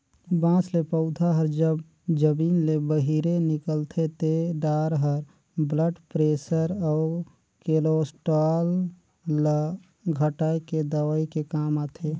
बांस ले पउधा हर जब जमीन ले बहिरे निकलथे ते डार हर ब्लड परेसर अउ केलोस्टाल ल घटाए के दवई के काम आथे